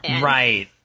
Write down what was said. Right